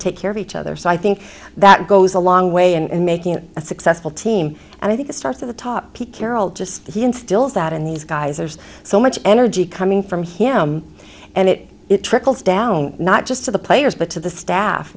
take care of each other so i think that goes a long way and making it a successful team and i think the start of the top pete carroll just he instilled that in these guys there's so much energy coming from him and it trickles down not just to the players but to the staff